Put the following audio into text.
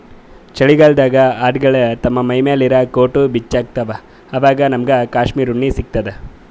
ಚಳಿಗಾಲ್ಡಾಗ್ ಆಡ್ಗೊಳು ತಮ್ಮ್ ಮೈಮ್ಯಾಲ್ ಇರಾ ಕೋಟ್ ಬಿಚ್ಚತ್ತ್ವಆವಾಗ್ ನಮ್ಮಗ್ ಕಾಶ್ಮೀರ್ ಉಣ್ಣಿ ಸಿಗ್ತದ